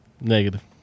Negative